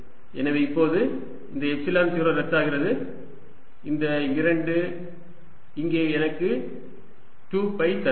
எனவே இப்போது இந்த எப்சிலன் 0 ரத்தாகிறது இந்த 2 இங்கே எனக்கு 2 பை தருகிறது